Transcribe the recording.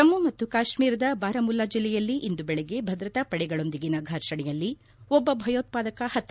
ಜಮ್ಮು ಮತ್ತು ಕಾಶ್ಮೀರದ ಬಾರಮುಲ್ಲಾ ಜಿಲ್ಲೆಯಲ್ಲಿ ಇಂದು ಬೆಳಗ್ಗೆ ಭದ್ರತಾ ಪಡೆಗಳೊಂದಿಗಿನ ಫರ್ಷಣೆಯಲ್ಲಿ ಒಬ್ಬ ಭಯೋತ್ವಾದಕ ಹತ